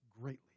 greatly